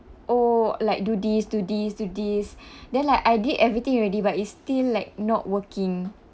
oh like do this do this do this then like I did everything already but it's still like not working